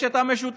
יש את המשותפת,